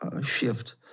shift